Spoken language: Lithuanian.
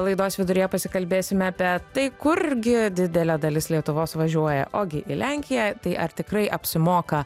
laidos viduryje pasikalbėsime apie tai kurgi didelė dalis lietuvos važiuoja ogi į lenkiją tai ar tikrai apsimoka